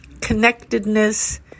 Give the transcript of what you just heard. connectedness